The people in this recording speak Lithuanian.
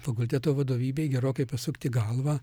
fakulteto vadovybei gerokai pasukti galvą